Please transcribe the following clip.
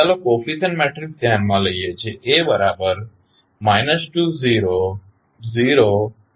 ચાલો coefficient matrix ધ્યાનમા લઇએ જે છે